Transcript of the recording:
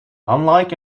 unlike